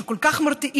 שכל כך מרתיעים,